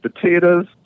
potatoes